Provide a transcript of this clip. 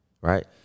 Right